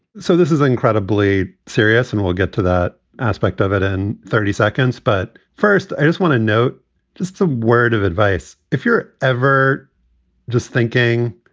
so this is incredibly serious and we'll get to that aspect of it in thirty seconds. but first, i just want to note just a word of advice. if you're ever just thinking,